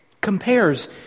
compares